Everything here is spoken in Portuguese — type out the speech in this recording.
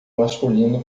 masculino